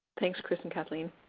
thanks, chris and kathleen.